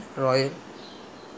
this is the position diamond